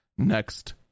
next